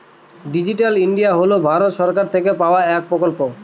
digital India হল ভারত সরকার থেকে পাওয়া এক প্রকল্প